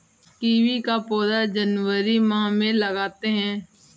kiwi का पौधा जनवरी माह में लगाते हैं